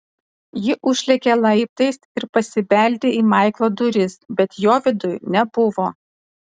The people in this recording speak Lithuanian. ji užlėkė laiptais ir pasibeldė į maiklo duris bet jo viduj nebuvo